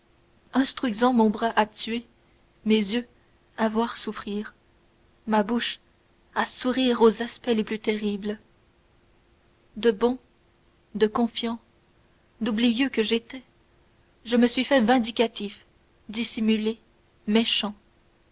instruisant mon bras à tuer mes yeux à voir souffrir ma bouche à sourire aux aspects les plus terribles de bon de confiant d'oublieux que j'étais je me suis fait vindicatif dissimulé méchant